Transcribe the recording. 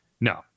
No